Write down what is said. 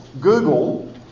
Google